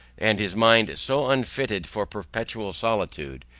and his mind so unfitted for perpetual solitude,